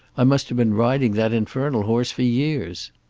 i must have been riding that infernal horse for years.